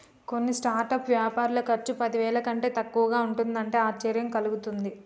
కొన్ని స్టార్టప్ వ్యాపారుల ఖర్చు పదివేల కంటే తక్కువగా ఉంటుంది అంటే ఆశ్చర్యం కలుగుతుంది